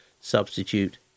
substitute